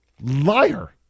Liar